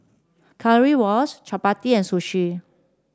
Currywurst Chapati and Sushi